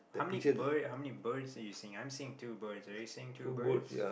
how many bird how many birds are you seeing I'm seeing two birds are you seeing two birds